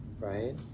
right